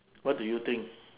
what do you think